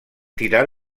tirar